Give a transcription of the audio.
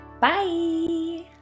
Bye